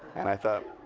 and i thought,